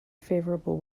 favorable